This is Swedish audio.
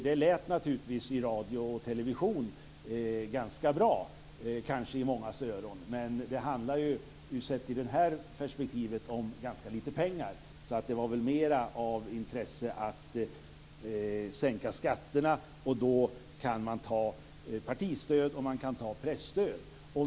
Det lät naturligtvis ganska bra i mångas öron i radio och television, men det handlar ju i det här perspektivet om ganska lite pengar. Det var väl mer intressant att sänka skatterna, och därför kunde man ta från partistöd och presstöd.